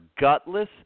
gutless